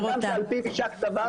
בן אדם שעל פיו יישק דבר,